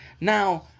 Now